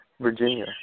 Virginia